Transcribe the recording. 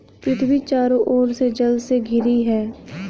पृथ्वी चारों ओर से जल से घिरी है